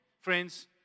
friends